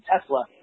Tesla